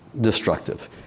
destructive